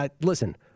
listen